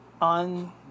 on